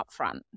upfront